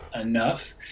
enough